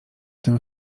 tym